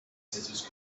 scissors